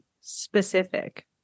specific